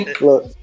Look